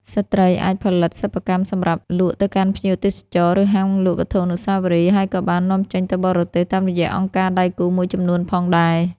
ស្ត្រីអាចផលិតសិប្បកម្មសម្រាប់លក់ទៅកាន់ភ្ញៀវទេសចរណ៍ ឬហាងលក់វត្ថុអនុស្សាវរីយ៍ ហើយក៏បាន នាំចេញទៅបរទេស តាមរយៈអង្គការដៃគូមួយចំនួនផងដែរ។